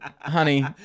honey